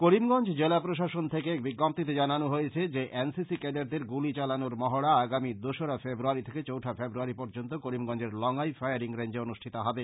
করিমগঞ্জ জেলা প্রশাসন থেকে এক বিজ্ঞপ্তীতে জানানো হয়েছে যে এন সি সি ক্যাডারদের গুলি চালানোর মহড়া আগামী দোসরা ফেব্রয়ারী থেকে চৌঠা ফেব্রুয়ারী পর্য্যন্ত করিমগঞ্জের লঙ্গাই ফায়ারিং রেঞ্জে অনুষ্ঠিত হবে